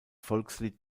volkslied